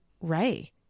Ray